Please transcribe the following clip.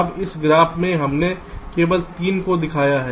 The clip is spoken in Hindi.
अब इस ग्राफ में हमने केवल 3 को दिखाया है